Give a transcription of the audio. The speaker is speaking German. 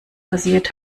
passiert